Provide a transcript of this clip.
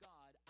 God